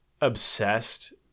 obsessed